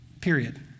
Period